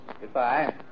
Goodbye